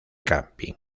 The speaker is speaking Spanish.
camping